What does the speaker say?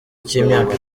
cy’imyaka